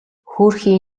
хөөрхий